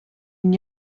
n’y